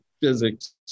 physics